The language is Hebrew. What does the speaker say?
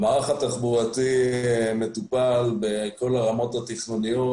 המערך התחבורתי מטופל בכל הרמות התכנוניות.